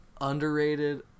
Underrated